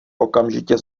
okamžitě